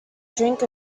drink